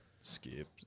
Skip